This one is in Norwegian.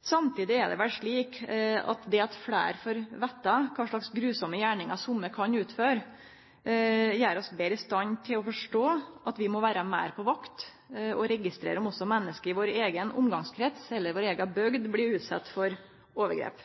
Samtidig er det vel slik at det at fleire får vete kva slags fæle gjerningar somme kan utføre, gjer oss betre i stand til å forstå at vi må vere meir på vakt og registrere om også menneske i vår eigen omgangskrins, eller i vår eiga bygd, blir utsette for overgrep.